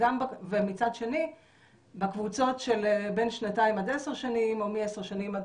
ומצד שני בקבוצות של בין שנתיים לעשר שנים או מעשר שנים עד